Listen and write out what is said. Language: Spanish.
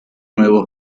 nuevos